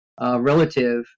relative